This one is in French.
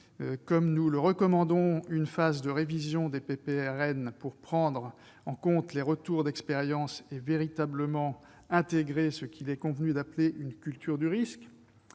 comme nous le recommandons, une phase de révision des PPRN pour prendre en compte les retours d'expérience et véritablement instaurer ce qu'il est convenu d'appeler une « culture du risque